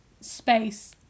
space